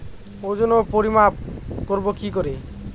ওজন ও পরিমাপ করব কি করে?